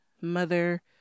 mother